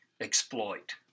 exploit